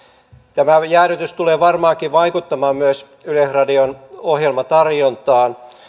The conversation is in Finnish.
tämä jäädytys tulee varmaankin vaikuttamaan myös yleisradion ohjelmatarjontaan